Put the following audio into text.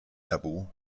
tabu